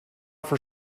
for